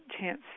chance